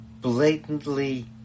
blatantly